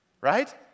right